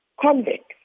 convicts